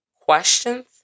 questions